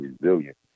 resilient